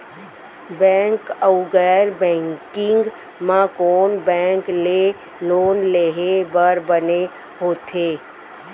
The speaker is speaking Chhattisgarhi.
बैंक अऊ गैर बैंकिंग म कोन बैंक ले लोन लेहे बर बने होथे?